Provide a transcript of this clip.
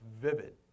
vivid